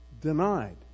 denied